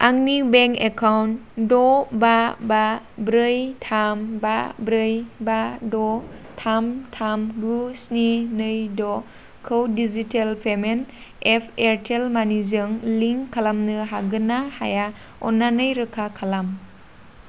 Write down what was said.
आंनि bank account द' बा बा ब्रै थाम बा ब्रै बा द' थाम थाम गु स्नि नै द' खौ डिजिटेल पेमेन्ट एप एयारटेल मानिजों लिंक खालामनो हागोन ना हाया अन्नानै रोखा खालाम